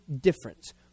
difference